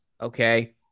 okay